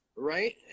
right